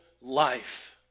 life